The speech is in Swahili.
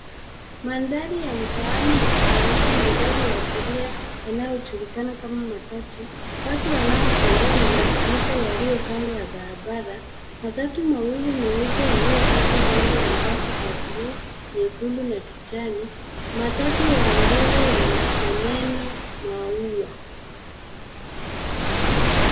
Mandhari ya mtaani ikijumuisha magari ya abiria yanayojulikana kama matatu. Watu wanaotembea na maduka yaliyo kando ya barabara matatu mawili mweupe yaliyopakwa rangi ya angavu za buluu, nyekundu na kijani. Matatu ya mbele yana neno maua.